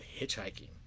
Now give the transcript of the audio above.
hitchhiking